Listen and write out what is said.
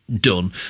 done